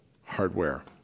hardware